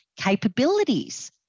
capabilities